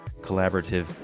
collaborative